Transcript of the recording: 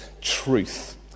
truth